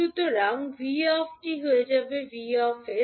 সুতরাং 𝑣 𝑡 হয়ে যাবে 𝑉 𝑠